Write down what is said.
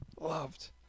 loved